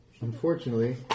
unfortunately